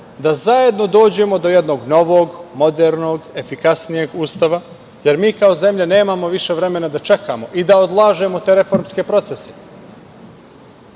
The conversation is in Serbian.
da zajedno dođemo do jednog novog, modernog, efikasnijeg Ustava, jer mi kao zemlja nemamo više vremena da čekamo i da odlažemo te reformske procese.